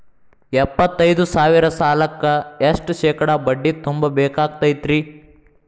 ಎಪ್ಪತ್ತೈದು ಸಾವಿರ ಸಾಲಕ್ಕ ಎಷ್ಟ ಶೇಕಡಾ ಬಡ್ಡಿ ತುಂಬ ಬೇಕಾಕ್ತೈತ್ರಿ?